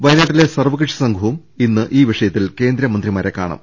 വയനാട്ടിലെ സർവകക്ഷി സംഘവും ഇന്ന് ഈ വിഷയത്തിൽ കേന്ദ്രമന്ത്രിമാരെ കാണും